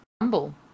humble